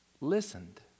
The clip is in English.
listened